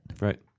Right